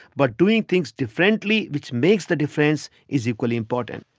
but doing things differently, which makes the difference, is equally important.